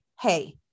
Hey